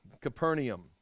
Capernaum